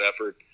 effort